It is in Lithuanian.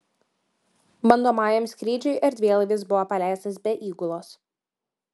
bandomajam skrydžiui erdvėlaivis buvo paleistas be įgulos